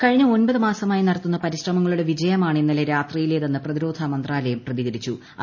കൃഴിഞ്ഞ ഒമ്പത് മാസമായി നടത്തുന്ന പരിശ്രമങ്ങളുടെ വിജയമാണ് ഇന്നലെ രാത്രിയിലേതെന്ന് പ്രതിരോധ മന്ത്രാലയം പ്രതിക്ക്രിച്ചു്